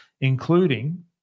including